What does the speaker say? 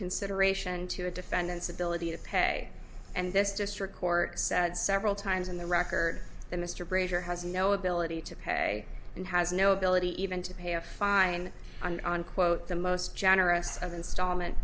consideration to a defendant's ability to pay and this district court said several times in the record that mr brazier has no ability to pay and has no ability even to pay a fine on on quote the most generous of installment